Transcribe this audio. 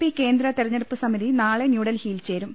P കേന്ദ്രതെരഞ്ഞെടുപ്പ് സമിതി നാളെ ന്യൂഡൽഹി യിൽ ചേരും